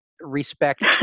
respect